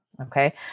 okay